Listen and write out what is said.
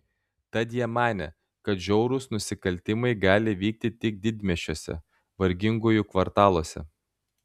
tad jie manė kad žiaurūs nusikaltimai gali vykti tik didmiesčiuose vargingųjų kvartaluose